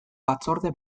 batzorde